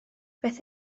beth